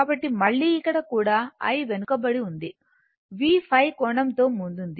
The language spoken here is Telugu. కాబట్టి మళ్ళీ ఇక్కడ కూడా i వెనుకబడి ఉంది V ϕ కోణంతో ముందుంది